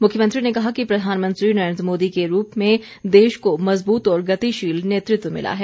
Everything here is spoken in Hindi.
मुख्यमंत्री ने कहा कि प्रधानमंत्री नरेन्द्र मोदी के रूप में देश को मजबूत और गतिशील नेतृत्व मिला है